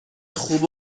خوب